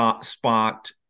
spot